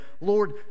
Lord